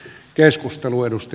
arvoisa puhemies